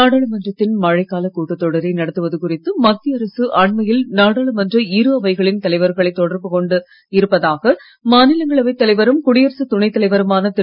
நாடாளுமன்றத்தின் மழைக்கால கூட்டத்தொடரை நடத்துவது குறித்து மத்திய அரசு அண்மையில் நாடாளுமன்ற இரு அவைகளின் தலைவர்களை தொடர்பு கொண்டு இருப்பதாக மாநிலங்களவை தலைவரும் குடியரசுத் துணை திரு